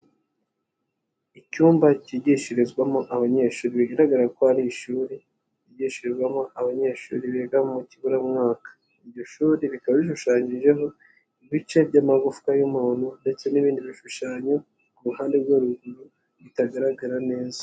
Icyumba kigishirizwamo abanyeshuri bigaragara ko ari ishuri ryigishirizwamo abanyeshuri biga mu kiburamwaka, iryo shuri rikaba rishushanyijeho ibice by'amagufwa y'umuntu ndetse n'ibindi bishushanyo ku ruhande rwo ruguru bitagaragara neza.